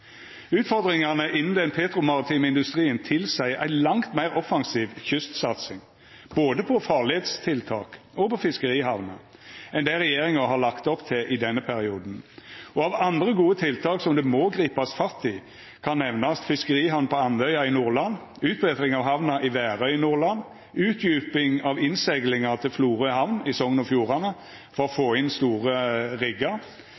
Utfordringane innan den petromaritime industrien tilseier ei langt meir offensiv kystsatsing, både på farleistiltak og på fiskerihamner, enn det regjeringa har lagt opp til i denne perioden. Av andre gode tiltak som må gripast fatt i, kan nemnast: fiskerihamn på Andøya i Nordland utbetring av hamna i Værøy i Nordland utdjuping av innseglinga til Florø hamn i Sogn og Fjordane, for å få inn store riggar